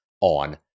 On